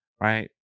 right